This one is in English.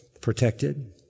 protected